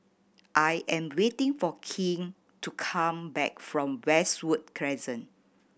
I am waiting for King to come back from Westwood Crescent